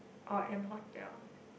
or M-Hotel